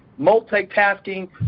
multitasking